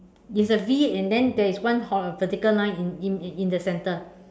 it's a V and then there's one vertical line in in in the centre